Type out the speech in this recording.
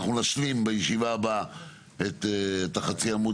אנחנו נשלים בישיבה הבאה את חצי העמוד